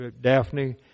Daphne